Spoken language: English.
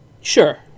Sure